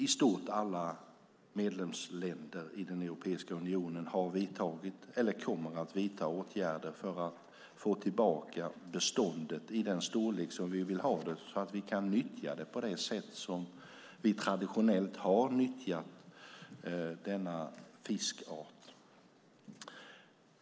I stort alla medlemsländer i Europeiska unionen har vidtagit eller kommer att vidta åtgärder för att få tillbaka beståndet i den storlek som vi vill ha det så att vi kan nyttja det på det sätt som vi traditionellt har nyttjat denna fiskart.